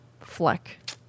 fleck